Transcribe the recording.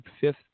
fifth